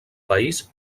país